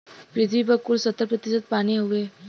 पृथ्वी पर कुल सत्तर प्रतिशत पानी हउवे